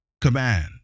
command